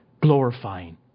glorifying